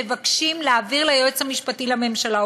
מבקשים להעביר ליועץ המשפטי לממשלה?